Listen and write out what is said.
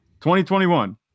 2021